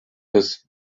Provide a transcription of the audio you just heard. his